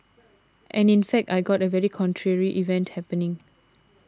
and in fact I got a very contrary event happening